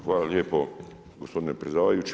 Hvala lijepo gospodine predsjedavajući.